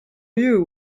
you